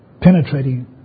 penetrating